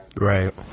Right